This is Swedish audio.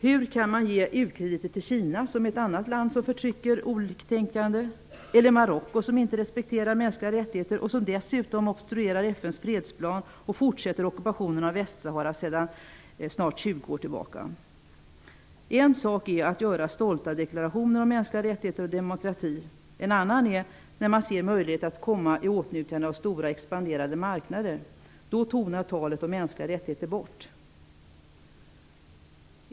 Hur kan man ge u-krediter till Kina, som är ett annat land som förtrycker oliktänkande, eller till Marocko, som inte respekterar mänskliga rättigheter och som dessutom obstruerar mot FN:s fredsplan och fortsätter med den ockupation av Västsahara som har pågått i snart 20 år? En sak är att göra stolta deklarationer om mänskliga rättigheter och demokrati. En annan sak är att se möjligheterna att komma i åtnjutande av stora expanderande marknader. Då tonar talet om mänskliga rättigheter bort.